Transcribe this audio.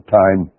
time